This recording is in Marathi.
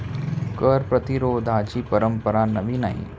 कर प्रतिरोधाची परंपरा नवी नाही